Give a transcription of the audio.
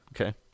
Okay